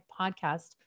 podcast